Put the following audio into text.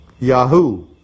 Yahoo